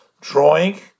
drawing